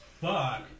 Fuck